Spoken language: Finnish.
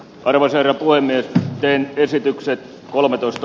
arvoisa herra voi meiltä teen esityksen kolmetoista